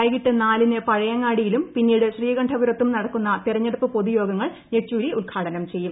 വൈകിട്ട് നാലിന് പഴയങ്ങാടിയിലും പിന്നീട് ശ്രീകണ്ഠപുരത്തും നടക്കുന്ന തെരഞ്ഞെടുപ്പ് പൊതുയോഗങ്ങൾ യെച്ചൂരി ഉദ്ഘാടനം ചെയ്യും